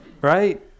Right